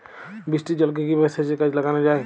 বৃষ্টির জলকে কিভাবে সেচের কাজে লাগানো য়ায়?